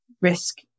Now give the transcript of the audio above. risk